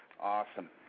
Awesome